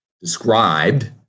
described